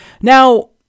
Now